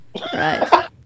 Right